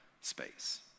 space